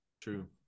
True